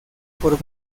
por